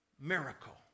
miracle